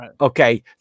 Okay